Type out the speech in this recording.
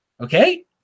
Okay